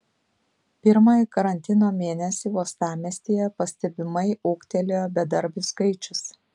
pirmąjį karantino mėnesį uostamiestyje pastebimai ūgtelėjo bedarbių skaičius